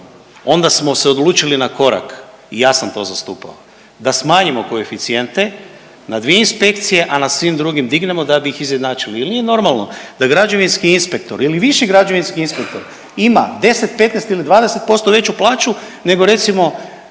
onda smo se odlučili na korak i ja sam to zastupao da smanjimo koeficijente na dvije inspekcije, a na svim drugim dignemo da bi ih izjednačili jel nije normalno da građevinski inspektor ili viši građevinski inspektor ima 10, 15 ili 20% veću plaću nego recimo